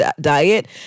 diet